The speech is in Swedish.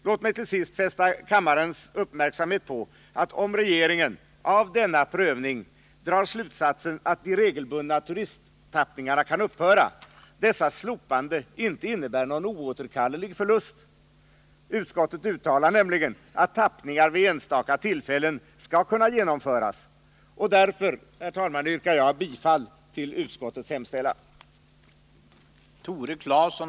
Låt mig till sist fästa kammarledamöternas uppmärksamhet på att om regeringen av denna prövning drar slutsatsen att de regelbundna turisttappningarna kan upphöra, dessas slopande inte innebär någon oåterkallelig förlust. Utskottet uttalar nämligen att tappningar vid enstaka tillfällen skall kunna genomföras. Därför, herr talman, yrkar jag härmed bifall till utskottets hemställan.